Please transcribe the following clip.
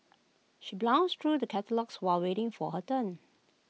she browsed through the catalogues while waiting for her turn